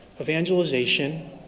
Evangelization